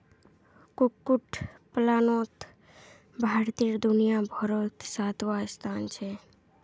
कुक्कुट पलानोत भारतेर दुनियाभारोत सातवाँ स्थान छे